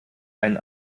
einen